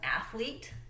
athlete